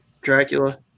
Dracula